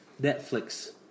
Netflix